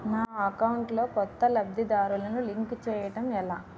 నా అకౌంట్ లో కొత్త లబ్ధిదారులను లింక్ చేయటం ఎలా?